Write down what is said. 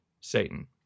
Satan